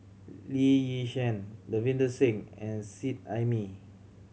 Lee Yi Shyan Davinder Singh and Seet Ai Mee